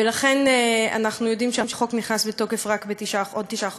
ולכן אנחנו יודעים שהחוק נכנס לתוקף רק בעוד תשעה חודשים.